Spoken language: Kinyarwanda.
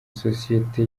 sosiyete